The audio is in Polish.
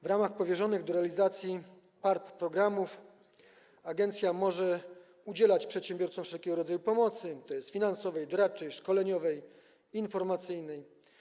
W ramach powierzonych do realizacji PARP programów agencja może udzielać przedsiębiorcom wszelkiego rodzaju pomocy, tj. finansowej, doradczej, szkoleniowej, informacyjnej.